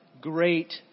great